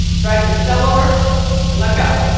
drag this cell over and let go.